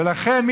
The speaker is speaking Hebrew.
ולכן,